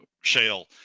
shale